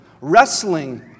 wrestling